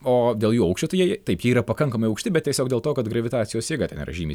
o dėl jų aukščio tai jie taip jie yra pakankamai aukšti bet tiesiog dėl to kad gravitacijos jėga ten yra žymiai